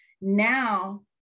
now